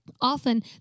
often